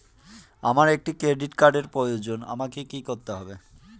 আমার একটি ক্রেডিট কার্ডের প্রয়োজন আমাকে কি করতে হবে?